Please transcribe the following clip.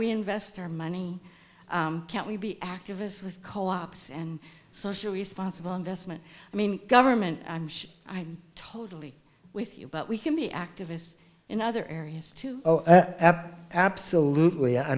we invest our money can't we be activists with co ops and social responsible investment i mean government i'm sure i'm totally with you but we can be activists in other areas too oh absolutely i